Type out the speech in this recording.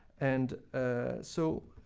and so,